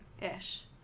ish